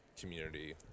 community